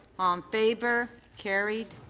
um favor. carried.